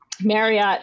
Marriott